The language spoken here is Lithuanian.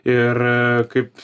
ir kaip